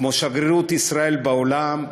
כמו שגרירות ישראל בעולם,